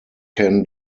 can